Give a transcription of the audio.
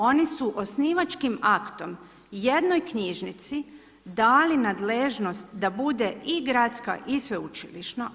Oni su osnivačkim aktom jednoj knjižnici dali nadležnost da bude i gradska i sveučilišna.